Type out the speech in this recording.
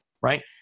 right